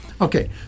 Okay